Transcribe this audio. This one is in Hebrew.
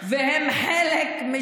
הבעיה היא